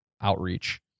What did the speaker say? outreach